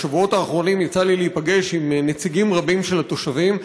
בשבועות האחרונים יצא לי להיפגש עם נציגים רבים של התושבים,